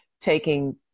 taking